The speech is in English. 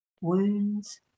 Wounds